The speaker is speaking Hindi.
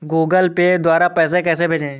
गूगल पे द्वारा पैसे कैसे भेजें?